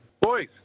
boys